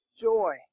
joy